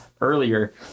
earlier